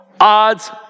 odds